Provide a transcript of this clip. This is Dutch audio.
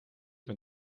met